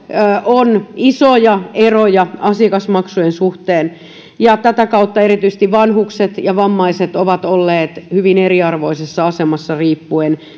on isoja eroja asiakasmaksujen suhteen ja tätä kautta erityisesti vanhukset ja vammaiset ovat olleet hyvin eriarvoisessa asemassa riippuen